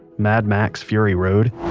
mad max fury road,